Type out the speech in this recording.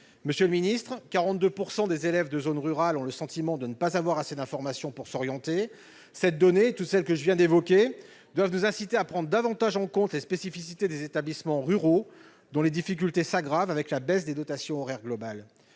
Monsieur le ministre, 42 % des élèves de zone rurale ont le sentiment de ne pas avoir assez d'informations pour s'orienter. Cette donnée et toutes celles que je viens d'évoquer doivent nous inciter à prendre davantage en compte les spécificités des établissements ruraux, dont les difficultés s'aggravent avec la baisse des dotations horaires globales.